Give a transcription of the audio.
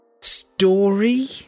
Story